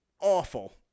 Awful